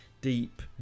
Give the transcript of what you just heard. deep